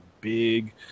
big